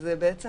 וזה בעצם